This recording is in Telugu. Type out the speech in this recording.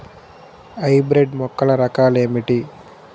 హైబ్రిడ్ మొక్కల రకాలు ఏమిటి?